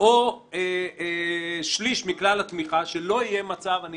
או שליש מכלל התמיכה, שלא יהיה מצב אני